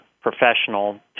professional